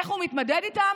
איך הוא מתמודד איתם?